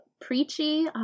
preachy